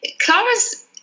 Clara's